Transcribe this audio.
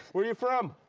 where are you from?